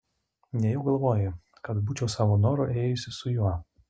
nejau galvoji kad būčiau savo noru ėjusi su juo